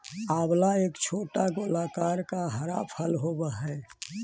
आंवला एक छोटा गोलाकार का हरा फल होवअ हई